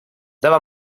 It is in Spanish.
daba